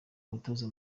umutoza